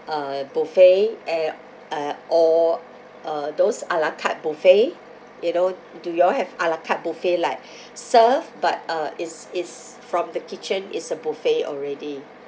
uh buffet and uh or uh those a la carte buffet you know do you all have a la carte buffet like serve but uh it's it's from the kitchen it's a buffet already